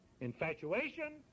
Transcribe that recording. infatuation